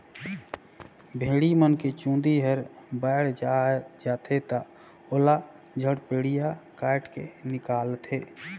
भेड़ी मन के चूंदी हर बायड जाथे त ओला जड़पेडिया कायट के निकालथे